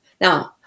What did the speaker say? Now